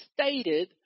stated